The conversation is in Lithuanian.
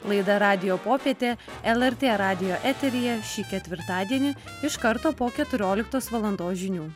laida radijo popietė lrt radijo eteryje šį ketvirtadienį iš karto po keturioliktos valandos žinių